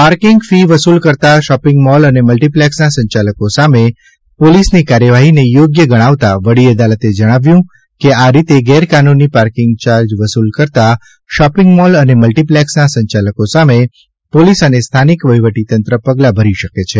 parking fee વસુલ કરતાં shopping mall અને મલ્ટીપ્લેક્ષના સંચાલકો સામે પોલીસની કાર્યવાહીને યોગ્ય કરાવતાં વડીઅદાલતે જણાવ્યું છે કે આ રીતે ગેરકાનૂની પાર્કીંગ ચાર્જ વસુલ કરતાં શોપિંગ મોલ અને મલ્ટીપ્લેક્ષના સંચાલકો સામે પોલીસ અને સ્થાનિક વહીવટીતંત્ર પગલા ભરી શકે છે